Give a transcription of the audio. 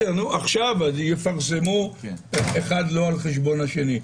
עכשיו יפרסמו אחד לא על חשבון השני.